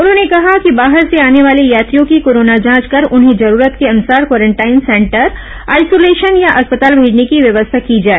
उन्होंने कहा कि बाहर से आने वाले यात्रियों की कोरोना जांच कर उन्हें जरूरत के अनुसार क्वारेंटाइन सेंटर आइसोलेशन या अस्पताल भेजने की व्यवस्था की जाए